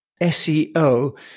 SEO